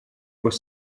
was